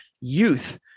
youth